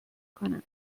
کنم